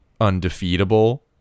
undefeatable